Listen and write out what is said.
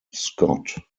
scott